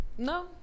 No